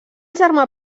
germà